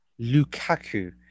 Lukaku